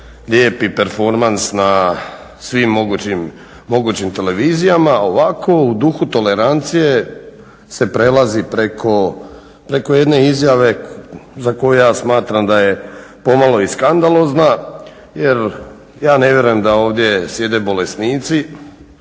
lijepi performans na svim mogućim televizijama. Ovako u duhu tolerancije se prelazi preko jedne izjave, za koju ja smatram da je pomalo i skandalozna, jer ja ne vjerujem da ovdje sjede bolesnici,